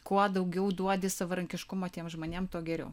kuo daugiau duodi savarankiškumo tiem žmonėm tuo geriau